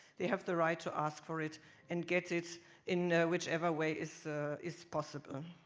they have the right to ask for it and get it in whichever way is is possible.